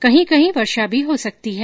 कहीं कहीं वर्षा भी हो सकती है